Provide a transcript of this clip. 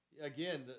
again